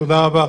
תודה רבה.